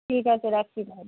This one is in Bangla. ঠিক আছে রাখছি তাহলে